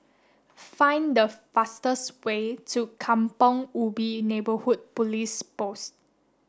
find the fastest way to Kampong Ubi Neighbourhood Police Post